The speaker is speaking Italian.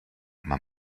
man